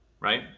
right